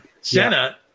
Senna